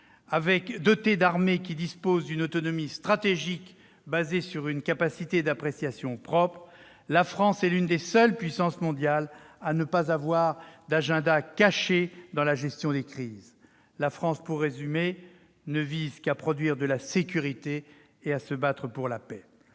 dotée d'armées disposant d'une autonomie stratégique basée sur une capacité d'appréciation propre, la France est l'une des seules puissances mondiales à ne pas avoir « d'agenda caché » dans la gestion des crises. La France, pour résumer, ne vise qu'à « produire de la sécurité » et à se battre pour la paix.